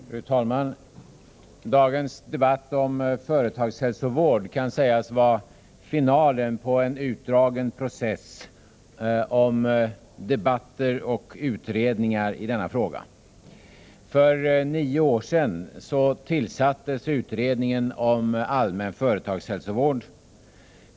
Fru talman! Dagens debatt om företagshälsovård kan sägas vara finalen på Onsdagen den en utdragen process av debatter och utredningar i denna fråga. För nio år 20 mars 1985 sedan tillsattes utredningen om allmän företagshälsovård.